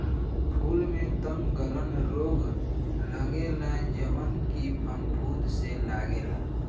फूल में तनगलन रोग लगेला जवन की फफूंद से लागेला